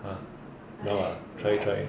!huh! no lah try try